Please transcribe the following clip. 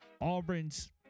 Auburn's